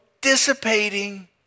dissipating